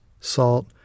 salt